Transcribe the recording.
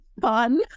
fun